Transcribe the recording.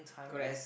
correct